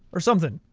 or something.